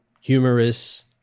humorous